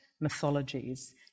mythologies